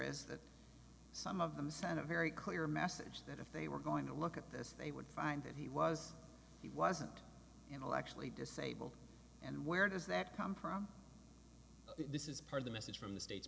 is that some of them sent a very clear message that if they were going to look at this they would find that he was he wasn't intellectually disabled and where does that come from this is part of the message from the state